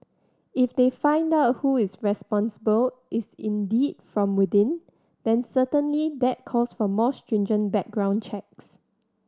if they find out who is responsible is indeed from within then certainly that calls for more stringent background checks